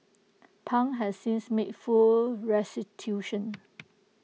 pang has since made full restitution